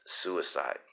suicide